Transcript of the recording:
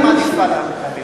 את מי את מעדיפה באופן כללי?